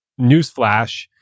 newsflash